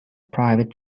private